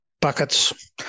buckets